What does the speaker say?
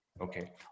okay